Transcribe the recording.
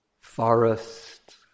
forest